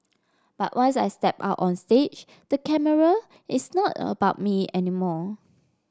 but once I step out on the stage the camera it's not about me anymore